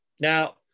Now